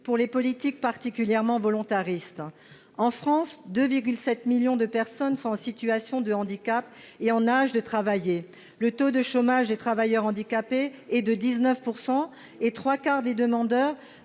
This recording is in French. faveur de politiques particulièrement volontaristes. En France, 2,7 millions de personnes sont en situation de handicap et en âge de travailler. Le taux de chômage des travailleurs handicapés est de 19 %, et trois quarts des demandeurs